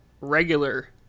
regular